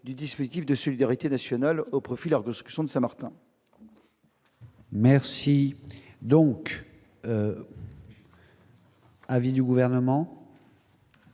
du dispositif de solidarité nationale au profit de la reconstruction de Saint-Martin. Quel est l'avis du Gouvernement ?